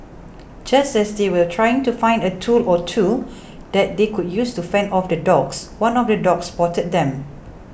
just as they were trying to find a tool or two that they could use to fend off the dogs one of the dogs spotted them